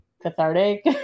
cathartic